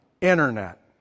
internet